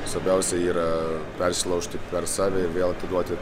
svarbiausia yra persilaužti per save ir vėl atiduoti